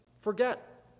forget